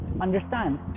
understand